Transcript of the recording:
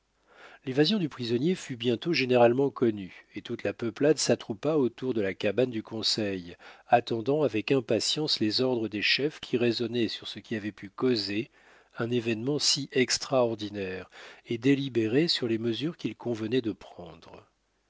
l'évasion du prisonnier fut bientôt généralement connue et toute la peuplade s'attroupa autour de la cabane du conseil attendant avec impatience les ordres des chefs qui raisonnaient sur ce qui avait pu causer un événement si extraordinaire et délibéraient sur les mesures qu'il convenait de prendre